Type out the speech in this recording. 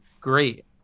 great